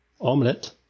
Omelette